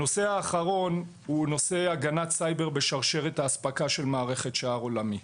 הנושא האחרון הוא נושא הגנת סייבר בשרשרת האספקה של מערכת שער עולמי.